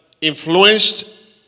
influenced